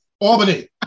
albany